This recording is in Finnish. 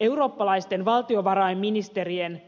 eurooppalaisten valtiovarainministerien